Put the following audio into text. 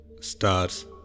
stars